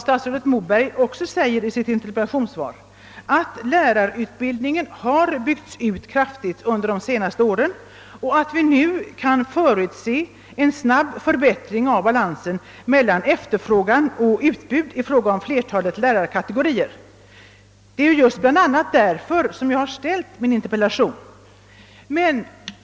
Statsrådet Moberg säger 1 sitt interpellationssvar: »Lärarutbildningen har under senare år byggts ut kraftigt. Som en följd bl.a. härav kan vi nu förutse en snabb förbättring av balansen mellan efterfrågan och utbud i fråga om flertalet lärarkategorier.» Jag är medveten om detta, och det är bl.a. därför som jag ställt min interpellation.